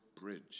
bridge